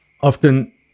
often